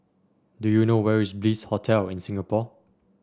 do you know where is Bliss Hotel in Singapore